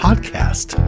Podcast